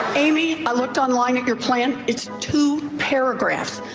amy, i looked online at your plan, it's two paragraphs.